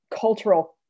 cultural